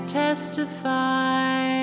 testify